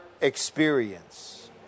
experience